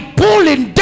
pulling